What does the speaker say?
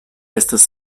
estas